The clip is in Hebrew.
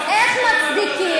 אז איך מצדיקים?